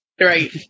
Right